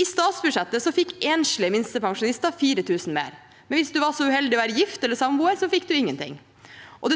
I statsbudsjettet fikk enslige minstepensjonister 4 000 kr mer. Hvis man var så uheldig å være gift eller samboer, fikk man ingenting.